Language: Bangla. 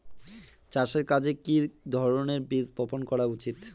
চাষের কাজে কি ধরনের বীজ বপন করা উচিৎ?